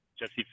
Jesse